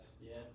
yes